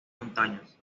montañas